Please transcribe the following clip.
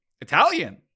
Italian